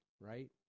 right